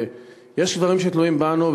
יש דברים שתלויים בנו,